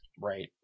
Right